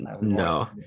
No